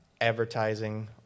advertising